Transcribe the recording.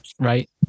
right